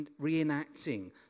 reenacting